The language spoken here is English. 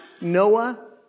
Noah